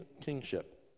kingship